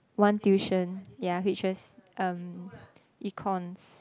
one tuition ya which was um econs